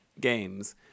games